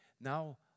now